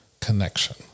connection